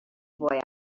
boy